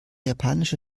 japanische